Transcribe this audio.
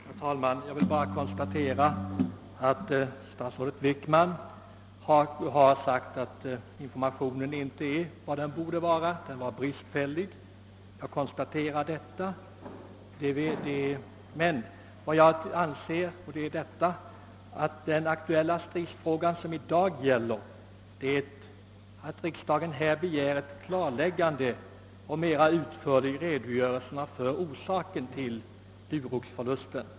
Herr talman! Jag vill bara konstatera att statsrådet Wickman har sagt att informationen inte var vad den borde vara — den var bristfällig. Vad stridsfrågan i dag gäller är att utskottsreservanterna begär ett klarläggande och en mer utförlig redogörelse av orsakerna till Duroxförlusten.